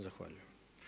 Zahvaljujem.